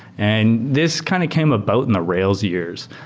and this kind of came about in the rails years.